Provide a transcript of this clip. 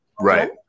Right